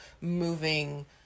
moving